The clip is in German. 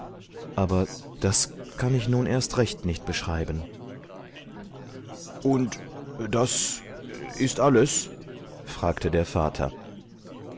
aber das kann ich nun erst recht nicht beschreiben und das ist alles fragte der vater